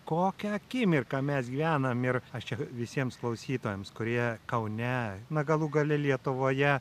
kokią akimirką mes gyvenam ir aš čia visiems klausytojams kurie kaune na galų gale lietuvoje